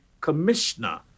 commissioner